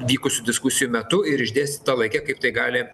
vykusių diskusijų metu ir išdėstyta laike kaip tai gali